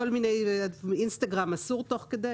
כל מיני, אינסטגרם אסור תוך כדי